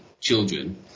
children